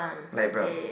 light brown